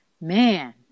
man